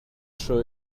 sure